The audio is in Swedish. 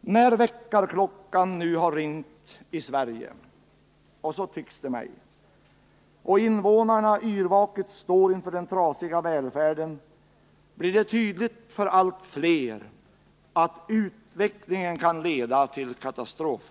När nu väckarklockan har ringt i Sverige — och så tycks det mig — och invånarna yrvaket står inför bilden av den trasiga välfärden blir det tydligt för allt fler att utvecklingen kan leda till en katastrof.